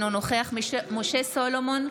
אינו נוכח משה סולומון,